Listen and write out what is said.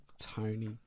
Tony